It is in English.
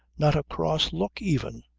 not a cross look even.